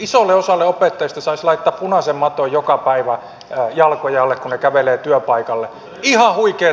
isolle osalle opettajista saisi laittaa punaisen maton joka päivä jalkojen alle kun he kävelevät työpaikalle